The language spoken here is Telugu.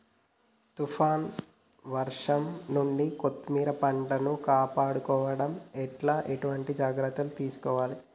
తుఫాన్ వర్షం నుండి కొత్తిమీర పంటను కాపాడుకోవడం ఎట్ల ఎటువంటి జాగ్రత్తలు తీసుకోవాలే?